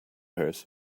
hers